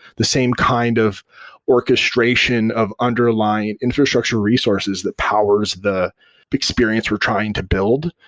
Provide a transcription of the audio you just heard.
the same kind of orchestration of underlying infrastructure resources that powers the experience we're trying to build,